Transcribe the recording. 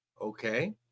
Okay